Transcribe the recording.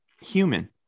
human